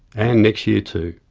and next year, too.